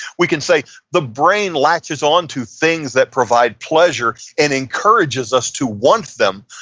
we can say the brain latches on to things that provide pleasure, and encourages us to want them,